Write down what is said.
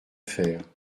faire